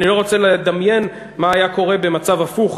אני לא רוצה לדמיין מה היה קורה במצב הפוך,